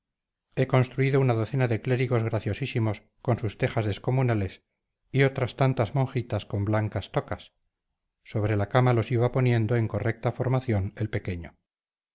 he construido una docena de clérigos graciosísimos con sus tejas descomunales y otras tantas monjitas con blancas tocas sobre la cama los iba poniendo en correcta formación el pequeño